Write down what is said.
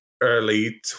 early